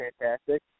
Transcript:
fantastic